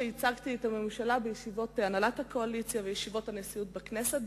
ייצגתי את הממשלה בישיבות הנהלת הקואליציה ובישיבות הנשיאות בכנסת,